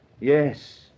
yes